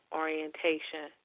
orientation